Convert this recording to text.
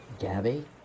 Gabby